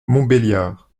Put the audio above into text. montbéliard